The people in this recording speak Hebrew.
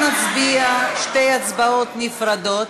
אנחנו נצביע שתי הצבעות נפרדות.